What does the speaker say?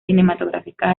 cinematográficas